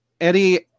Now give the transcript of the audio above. Eddie